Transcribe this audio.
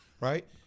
right